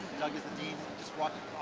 doug is the dean just walking